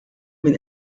min